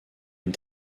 une